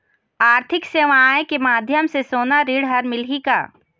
आरथिक सेवाएँ के माध्यम से सोना ऋण हर मिलही का?